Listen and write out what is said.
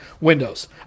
Windows